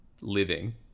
living